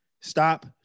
stop